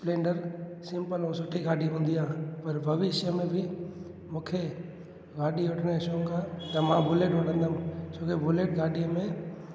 Splendor simple ऐं सुठी गाॾी हूंदी आहे पर भविष्य में बि मूंखे गाॾी वठण जो शौक़ु आहे त मां बुलेट वठंदुमि छोकी बुलेट गाॾी में